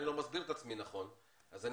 אולי אני לא מסביר את עצמי נכון אז אני